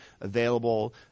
available